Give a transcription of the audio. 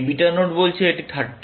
এই beta node বলছে যে এটি 30